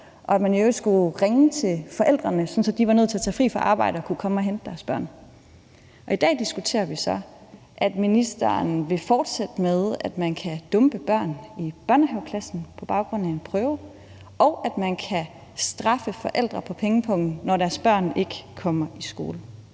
i øvrigt skulle ringe til forældrene, sådan at de var nødt til at tage fri fra arbejde og kunne komme og hente deres børn. I dag diskuterer vi så det, at ministeren vil fortsætte med, at man kan dumpe børn i børnehaveklassen på baggrund af en prøve, og at man kan straffe forældre på pengepungen, når deres børn ikke kommer i skole.